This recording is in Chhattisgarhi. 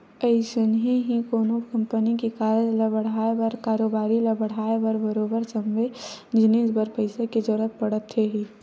अइसने ही कोनो कंपनी के कारज ल बड़हाय बर कारोबारी ल बड़हाय बर बरोबर सबे जिनिस बर पइसा के जरुरत पड़थे ही